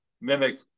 mimic